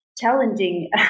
challenging